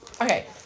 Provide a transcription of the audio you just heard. Okay